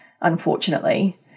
unfortunately